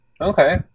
okay